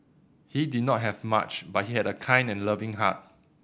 he did not have much but he had a kind and loving heart